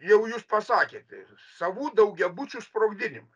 jau jūs pasakėte ir savų daugiabučių sprogdinimą